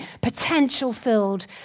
potential-filled